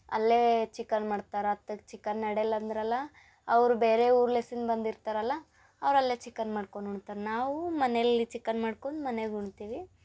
ಅಲ್ಲೇ ಚಿಕನ್ ಮಾಡ್ತಾರ ಅತ್ತೆ ಚಿಕನ್ ನಡೆಯಲ್ಲ ಅಂದ್ರಲ್ಲ ಅವರು ಬೇರೆ ಊರು ಲೇಸಿಂದ ಬಂದಿರ್ತಾರಲ್ಲ ಅವ್ರು ಅಲ್ಲೇ ಚಿಕನ್ ಮಾಡ್ಕೊಂಡ್ ಉಣ್ತಾರ್ ನಾವು ಮನೆಯಲ್ಲಿ ಚಿಕನ್ ಮಾಡ್ಕೊಂಡ್ ಮನೆಗೆ ಉಣ್ತೀವಿ